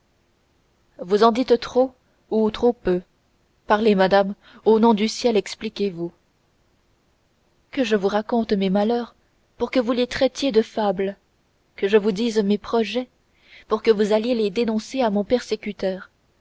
vous en dites trop ou trop peu parlez madame au nom du ciel expliquez-vous que je vous raconte mes malheurs pour que vous les traitiez de fables que je vous dise mes projets pour que vous alliez les dénoncer à mon persécuteur